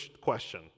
question